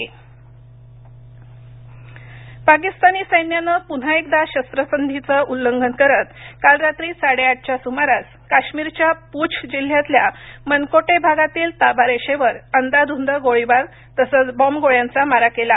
काश्मीर पाकिस्तानी सैन्यानं पुन्हा एकदा शस्त्रसंधीचं उल्लंघन करत काल रात्री साडेआठच्या सुमारास काश्मीरच्या पूंछ जिल्ह्यातल्या मनकोटे भागातील ताबारेषेवर अंदाधूंद गोळीबार तसंच बॉम्ब गोळ्यांचा मारा केला